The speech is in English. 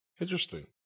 Interesting